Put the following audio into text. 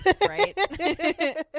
Right